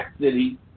city